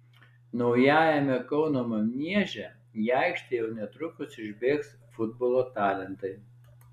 naujajame kauno manieže į aikštę jau netrukus išbėgs futbolo talentai